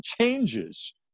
changes